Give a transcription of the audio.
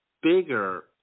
bigger